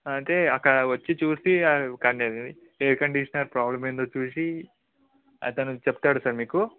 అయితే అక్కడ వచ్చి చూసి ఎయిర్ కండీషనర్ ప్రాబ్లం ఏంటో చూసి అతను చెప్తాడు సార్ మీకు